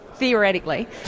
Theoretically